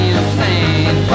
insane